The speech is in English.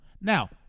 now